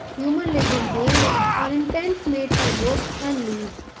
humans lived in caves or in tents made from woods and leaves.